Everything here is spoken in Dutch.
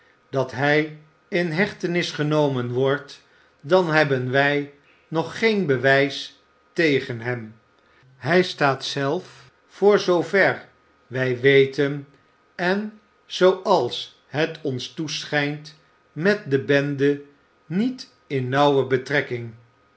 dat hij in hechtenis genomen wordt dan hebben wij nog geen bewijs tegen hem hij staat zelf voor zoover wij ween en zooals het ons toeschijnt met de bende niet in nauwe betrekking